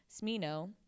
Smino